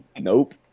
Nope